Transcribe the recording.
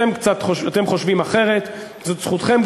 אתם חושבים אחרת, זאת זכותכם.